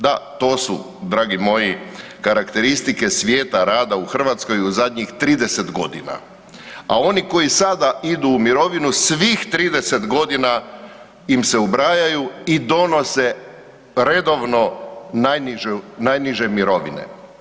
Da, to su dragi moji, karakteristika svijeta rada u Hrvatskoj i u zadnjih 30 g., a oni koji sada idu u mirovinu, svih 30 g. im se ubrajaju i donose redovnu najniže mirovine.